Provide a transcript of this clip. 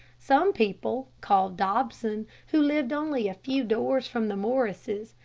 some people, called dobson, who lived only a few doors from the morrises,